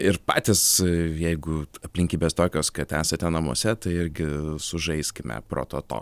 ir patys jeigu aplinkybės tokios kad esate namuose tai irgi sužaiskime prototo